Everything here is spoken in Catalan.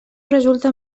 resulta